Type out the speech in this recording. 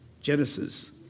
Genesis